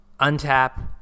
untap